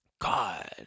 God